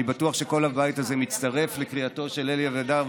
ואני בטוח שכל הבית הזה מצטרף לקריאתו של אלי אבידר,